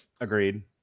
Agreed